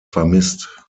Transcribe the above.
vermisst